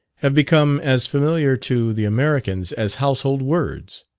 have become as familiar to the americans as household words.